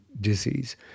disease